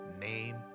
name